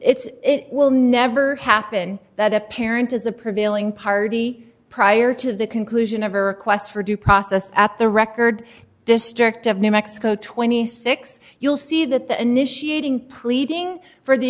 it's it will never happen that apparent is the prevailing party prior to the conclusion of a request for due process at the record district of new mexico twenty six dollars you'll see that the initiating pleading for the